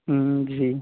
ہوں جی